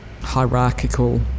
hierarchical